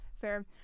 Fair